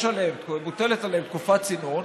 מוטלת עליהם תקופת צינון,